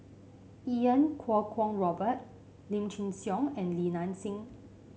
Iau Kuo Kwong Robert Lim Chin Siong and Li Nanxing